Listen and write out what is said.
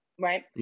right